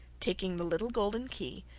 taking the little golden key,